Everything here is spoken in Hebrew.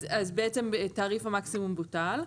אז בעצם תעריף המקסימום בוטל,